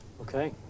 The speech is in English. okay